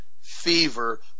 fever